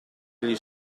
degli